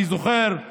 אני זוכר,